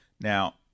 Now